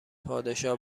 پادشاه